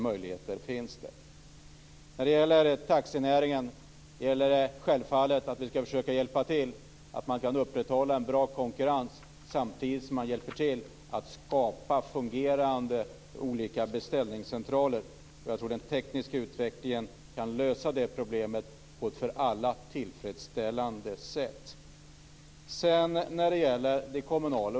Vi skall självfallet försöka hjälpa till så att taxinäringen kan upprätthålla en bra konkurrens och skapa fungerande beställningscentraler. Den tekniska utvecklingen kan lösa problemet på ett för alla tillfredsställande sätt.